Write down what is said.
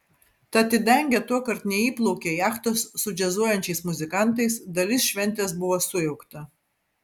tad į dangę tuokart neįplaukė jachtos su džiazuojančiais muzikantais dalis šventės buvo sujaukta